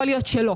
יכול להיות שלא.